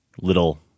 little –